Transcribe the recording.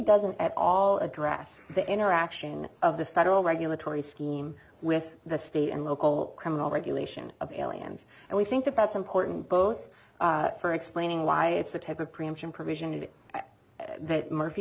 doesn't at all address the interaction of the federal regulatory scheme with the state and local criminal regulation of aliens and we think that that's important both for explaining why it's the type of preemption provision t